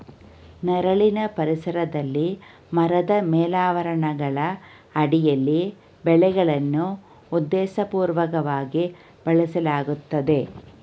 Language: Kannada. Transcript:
ನೆರಳಿನ ಪರಿಸರದಲ್ಲಿ ಮರದ ಮೇಲಾವರಣಗಳ ಅಡಿಯಲ್ಲಿ ಬೆಳೆಗಳನ್ನು ಉದ್ದೇಶಪೂರ್ವಕವಾಗಿ ಬೆಳೆಸಲಾಗ್ತದೆ